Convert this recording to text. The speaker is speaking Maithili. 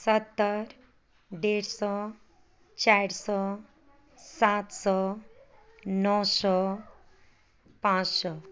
सत्तरि डेढ़ सए चारि सए सात सए नओ सए पाँच सए